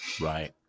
right